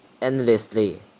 endlessly